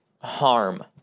harm